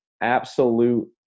absolute